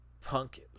punk